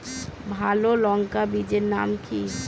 ভালো লঙ্কা বীজের নাম কি?